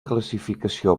classificació